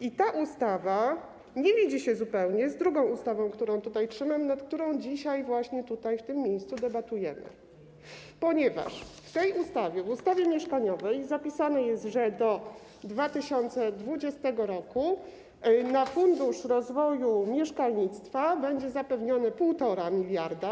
I ta ustawa nie widzi się zupełnie z drugą ustawą, którą tutaj trzymam, nad którą dzisiaj właśnie w tym miejscu debatujemy, ponieważ w tej ustawie, ustawie mieszkaniowej, zapisane jest, że do 2020 r. na fundusz rozwoju mieszkalnictwa będzie zapewnione 1,5 mld,